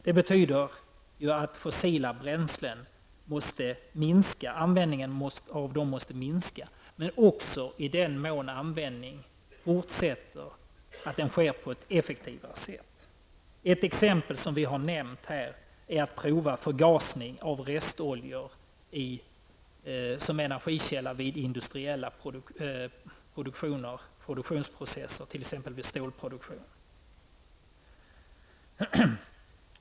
Det betyder ju att användningen av fossila bränslen måste minska, men också att, i den mån användningen fortsätter, den skall ske på ett effektivare sätt. Ett exempel som vi har nämnt är att man skall prova förgasning av restoljor som energikälla vid industriella produktionsprocesser, t.ex. vid stålproduktion.